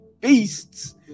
beasts